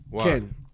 Ken